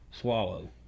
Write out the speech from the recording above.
swallow